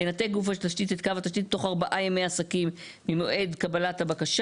ינתק גוף התשתית את קו התשתית תוך 4 ימי עסקים ממועד קבלת הבקשה".